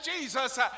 Jesus